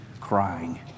crying